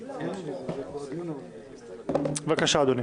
בבקשה, אדוני.